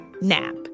NAP